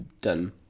done